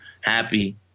happy